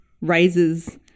raises